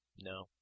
no